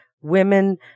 women